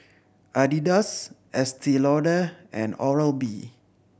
Adidas Estee Lauder and Oral B